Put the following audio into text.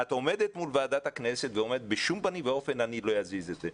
את עומדת מול ועדת הכנסת ואומרת שבשום אופן לא תזיזי את זה?